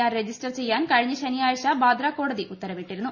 R register ചെയ്യാൻ കഴിഞ്ഞ ശനിയാഴ്ച ബാന്ദ്ര കോടതി ഉത്തരവിട്ടിരുന്നു